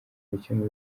gukemura